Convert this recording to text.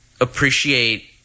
appreciate